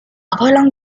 roland